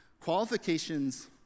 qualifications